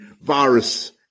virus